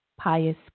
pious